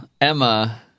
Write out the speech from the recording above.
Emma